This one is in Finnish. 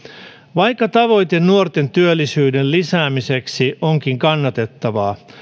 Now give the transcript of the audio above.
vaikka tavoite nuorten työllisyyden lisäämiseksi onkin kannatettava